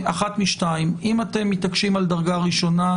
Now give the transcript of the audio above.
אם אתם מתעקשים על דרגה ראשונה,